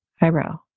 eyebrow